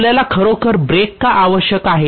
आपल्याला खरोखर ब्रेक का आवश्यक आहे